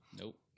Nope